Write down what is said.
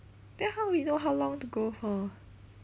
then how we know how long to go for